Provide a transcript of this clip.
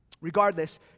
Regardless